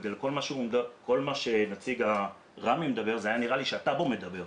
כל מה שנציג רמ"י אמר נראה היה כמו שהטאבו אומר.